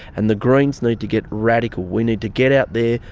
and the greens need to get radical, we need to get out there,